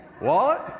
Wallet